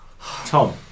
Tom